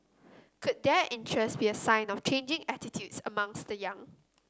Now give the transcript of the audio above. could their interest be a sign of changing attitudes amongst the young